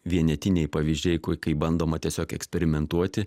vienetiniai pavyzdžiai kai bandoma tiesiog eksperimentuoti